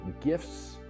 gifts